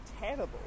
terrible